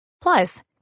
Plus